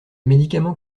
médicaments